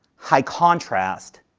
high contrast,